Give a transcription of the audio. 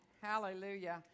hallelujah